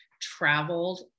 traveled